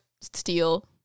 Steal